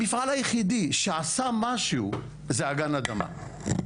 המפעל היחידי שעשה משהו זה אגן אדמה.